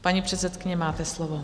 Paní předsedkyně, máte slovo.